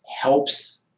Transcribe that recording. helps